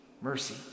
mercy